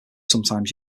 sometimes